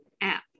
app